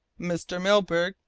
mr. milburgh,